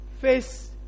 face